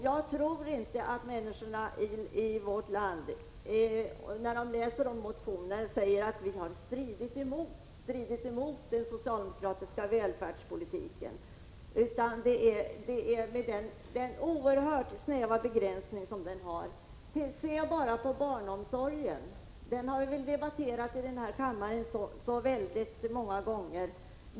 Jag tror inte att människor i vårt land, när de läser motionerna, säger att vi har kämpat emot den socialdemokratiska välfärdspolitiken, utan vi har varit emot den oerhört snäva begränsning som den har. Se bara på barnomsorgen! Den har vi debatterat här i kammaren väldigt många gånger.